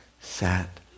sat